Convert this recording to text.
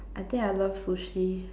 I think I love sushi